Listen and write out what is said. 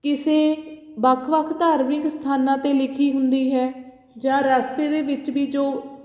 ਕਿਸੇ ਵੱਖ ਵੱਖ ਧਾਰਮਿਕ ਸਥਾਨਾਂ 'ਤੇ ਲਿਖੀ ਹੁੰਦੀ ਹੈ ਜਾਂ ਰਸਤੇ ਦੇ ਵਿੱਚ ਵੀ ਜੋ